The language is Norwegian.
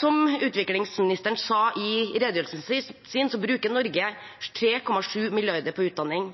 Som utviklingsministeren sa i sin redegjørelse, bruker Norge 3,7 mrd. kr til utdanning,